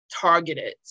targeted